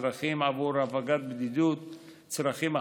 צרכים עבור הפגת בדידות וצרכים אחרים,